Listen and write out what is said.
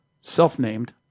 self-named